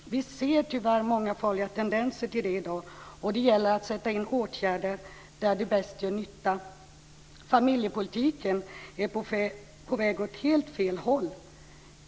Vi ser tyvärr många farliga tendenser till det i dag. Det gäller att sätta in åtgärder där de bäst gör nytta. Familjepolitiken är på väg åt helt fel håll.